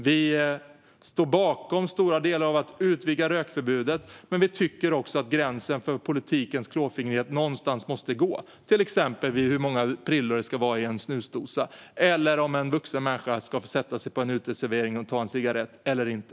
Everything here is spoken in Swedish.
Vi står bakom stora delar när det gäller att utvidga rökförbudet. Men vi tycker att gränsen för politikens klåfingrighet måste gå någonstans, till exempel vid hur många prillor det ska vara i en snusdosa eller i fråga om en vuxen människa ska få sätta sig på en uteservering och ta en cigarett eller inte.